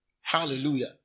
Hallelujah